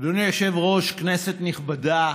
אדוני היושב-ראש, כנסת נכבדה,